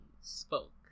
spoke